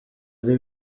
ari